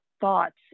thoughts